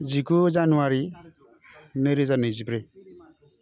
जिगु जानुवारि नैरोजा नैजिब्रै